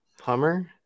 Hummer